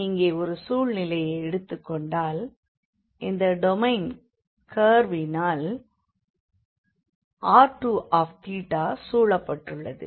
நாம் இங்கே ஒரு சூழ்நிலையை எடுத்துக்கொண்டால் இந்த டொமைன் கர்வினால் r2θ சூழப்பட்டுள்ளது